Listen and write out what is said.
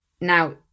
Now